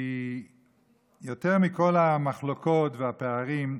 כי יותר מכל המחלוקות והפערים,